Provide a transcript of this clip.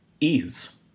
ease